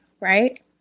Right